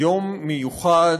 יום מיוחד,